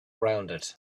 rounded